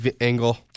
angle